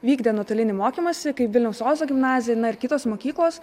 vykdė nuotolinį mokymąsi kaip vilniaus ozo gimnazija ir kitos mokyklos